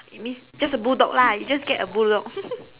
it means just a bulldog lah you just get a bulldog